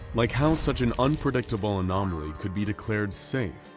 like how such an unpredictable anomaly could be declared safe?